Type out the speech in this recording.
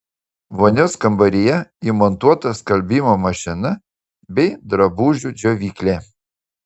vonios kambaryje įmontuota skalbimo mašina bei drabužių džiovyklė